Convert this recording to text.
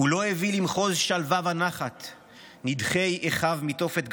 "הוא לא הביא למחוז שלווה ונחת / נידחי אחיו מתופת גלותם.